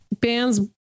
bands